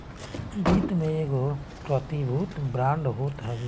वित्त में एगो प्रतिभूति बांड होत हवे